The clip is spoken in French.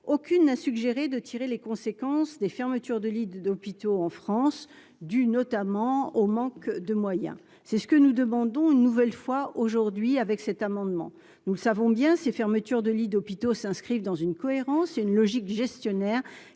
aucune n'a suggéré de tirer les conséquences des fermetures de lits d'hôpitaux en France, due notamment au manque de moyens, c'est ce que nous demandons une nouvelle fois aujourd'hui avec cet amendement, nous savons bien, ces fermetures de lits d'hôpitaux s'inscrive dans une cohérence et une logique gestionnaire